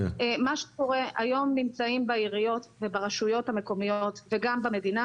היום נמצאים בעיריות וברשויות המקומיות וגם במדינה